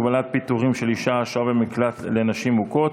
הגבלת פיטורים של אישה השוהה במקלט לנשים מוכות),